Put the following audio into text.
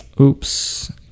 Oops